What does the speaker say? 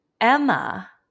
Emma